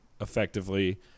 effectively